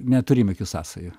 neturim jokių sąsajų